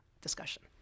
discussion